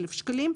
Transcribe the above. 1,000 שקלים,